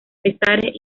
pesares